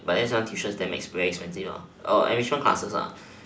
but then some tuition damn very expensive enrichment classes